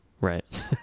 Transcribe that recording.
right